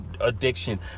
addiction